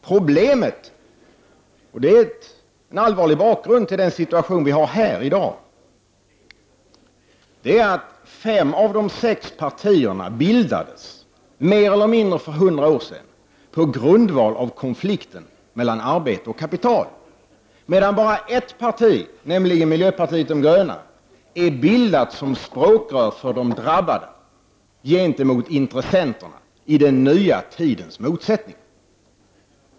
Problemet — och det är den allvarliga bakgrunden till den situation som vi har i dag — är att fem av de sex partierna bildades för 100 år sedan mer eller mindre på grund av konflikt mellan arbete och kapital, medan ett parti, nämligen miljöpartiet de gröna, är bildat som språkrör för de drabbade gentemot intressenterna i den nya tidens motsättningar.